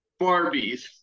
Barbies